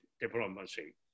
diplomacy